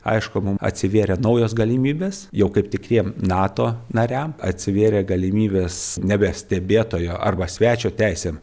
aišku mum atsivėrė naujos galimybės jau kaip tikriem nato nariam atsivėrė galimybės nebe stebėtojo arba svečio teisėm